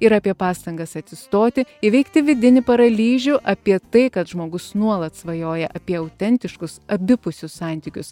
ir apie pastangas atsistoti įveikti vidinį paralyžių apie tai kad žmogus nuolat svajoja apie autentiškus abipusius santykius